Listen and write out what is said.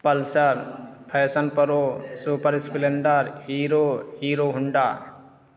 pulsar passion pro supper splendor hero Hero Honda